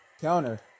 counter